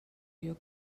your